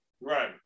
Right